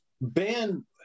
Ben